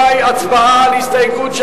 הצבעה על הסתייגות של